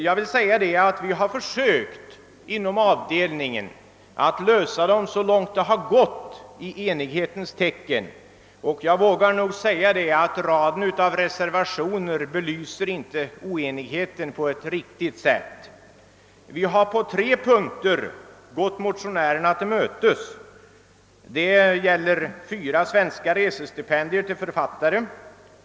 Jag vill säga att vi inom avdelningen har försökt att lösa i motionerna aktualiserade frågor så långt det har gått i enighetens tecken, och jag vågar nog säga att oenigheten inte är så stor som raden av reservationer kan ge ett intryck av. Vi har på tre punkter gått motionärerna till mötes. Det gäller fyra svenska resestipendier till författare.